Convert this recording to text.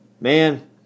Man